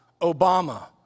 Obama